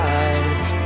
eyes